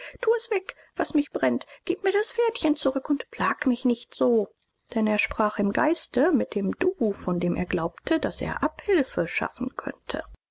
tu es weg was mich brennt gib mir das pferdchen zurück und plag mich nicht so denn er sprach im geiste mit dem du von dem er glaubte daß er abhilfe schaffen könnte